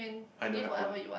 I don't have one